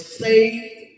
saved